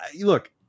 look